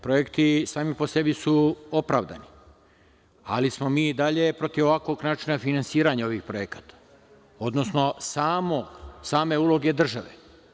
Projekti sami po sebi su opravdani, ali smo mi i dalje protiv ovakvog načina finansiranja ovih projekata, odnosno same uloge države.